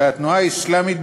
והתנועה האסלאמית,